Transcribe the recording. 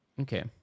Okay